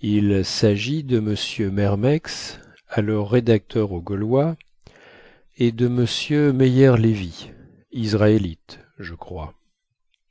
il sagit de m mermeix alors rédacteur au gaulois et de m